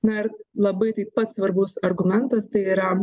na labai taip pat svarbus argumentas tai yra